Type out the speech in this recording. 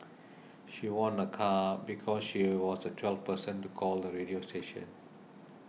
she won a car because she was the twelfth person to call the radio station